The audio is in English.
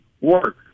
work